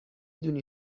دونی